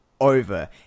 over